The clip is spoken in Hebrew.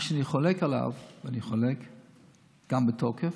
אבל במה שאני חולק עליו, גם בתוקף: